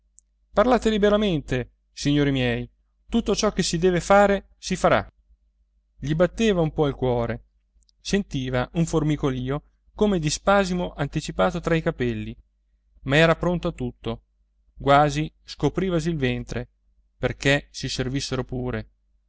parlate liberamente signori miei tutto ciò che si deve fare si farà gli batteva un po il cuore sentiva un formicolìo come di spasimo anticipato tra i capelli ma era pronto a tutto quasi scoprivasi il ventre perché si servissero pure